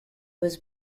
was